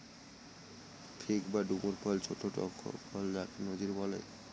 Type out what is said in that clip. fig বা ডুমুর ফল ছোট্ট টক ফল যাকে নজির বলে